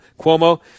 cuomo